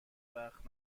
وقت